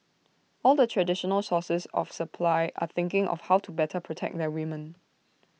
all the traditional sources of supply are thinking of how to better protect their women